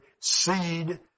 seed